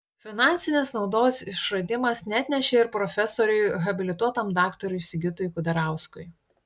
finansinės naudos išradimas neatnešė ir profesoriui habilituotam daktarui sigitui kudarauskui